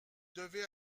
devez